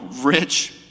rich